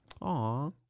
Aw